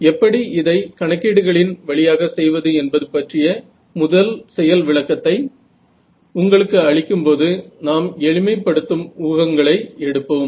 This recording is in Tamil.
எப்படி இதை கணக்கீடுகளின் வழியாக செய்வது என்பது பற்றிய முதல் செயல் விளக்கத்தை உங்களுக்கு அளிக்கும்போது நாம் எளிமைப்படுத்தும் ஊகங்களை எடுப்போம்